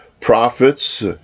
prophets